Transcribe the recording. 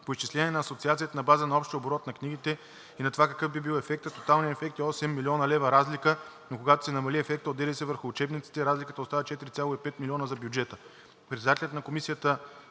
По изчисления на Асоциацията на база на общия оборот на книгите и на това какъв би бил ефектът тоталният ефект е 8 млн. лв. разлика, но когато се намали ефектът от ДДС върху учебниците, разликата става 4,5 милиона за бюджета.